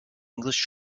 english